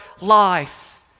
life